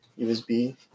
USB